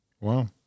Wow